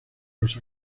los